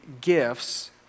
gifts